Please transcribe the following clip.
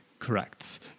Correct